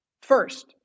first